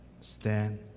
Stand